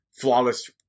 Flawless